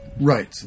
right